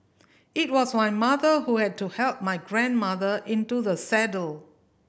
it was my mother who had to help my grandmother into the saddle